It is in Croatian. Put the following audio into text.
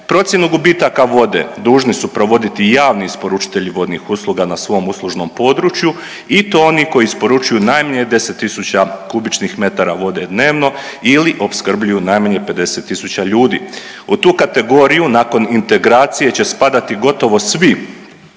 Procjenu gubitaka vode dužni su provoditi i javni isporučitelji vodnih usluga na svom uslužnom području i to oni koji isporučuju najmanje 10000 kubičnih metara vode dnevno ili opskrbljuju najmanje 50000 ljudi. U tu kategoriju nakon integracije će spadati gotovo svi